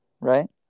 right